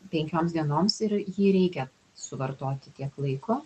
penkioms dienoms ir jį reikia suvartoti tiek laiko